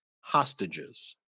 hostages